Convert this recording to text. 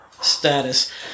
status